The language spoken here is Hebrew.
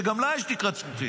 שגם לה יש תקרת זכוכית,